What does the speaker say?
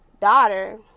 daughter